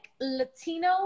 Latino